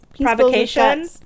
provocation